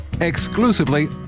exclusively